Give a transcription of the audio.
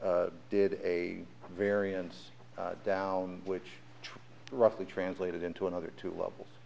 did a variance down which roughly translated into another two levels